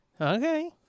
Okay